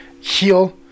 heal